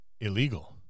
illegal